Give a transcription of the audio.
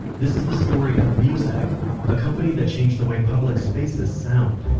this is the story of muzak a company that changed the way public spaces sound